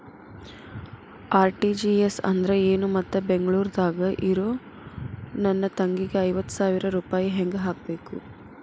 RTGS ಅಂದ್ರ ಏನು ಮತ್ತ ಬೆಂಗಳೂರದಾಗ್ ಇರೋ ನನ್ನ ತಂಗಿಗೆ ಐವತ್ತು ಸಾವಿರ ರೂಪಾಯಿ ಹೆಂಗ್ ಹಾಕಬೇಕು?